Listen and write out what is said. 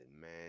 man